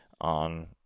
on